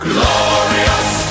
Glorious